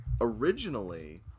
originally